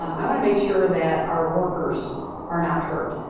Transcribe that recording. um i wanna make sure that our workers are not hurt.